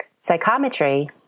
Psychometry